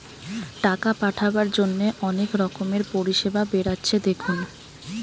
টাকা পাঠাবার জন্যে অনেক রকমের পরিষেবা বেরাচ্ছে দেখুন